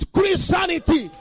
Christianity